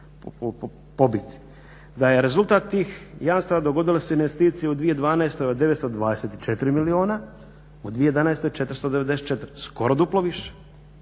Da je rezultat tih jamstava dogodile su se investicije u 2012.od 924 milijuna u 2011. 494 skoro duplo više.